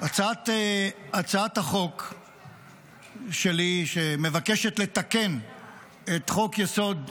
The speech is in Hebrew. הצעת החוק שלי, שמבקשת לתקן את חוק-היסוד: